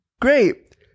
great